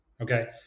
okay